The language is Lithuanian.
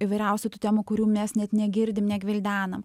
įvairiausių tų temų kurių mes net negirdim negvildenam